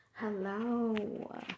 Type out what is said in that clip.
Hello